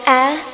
air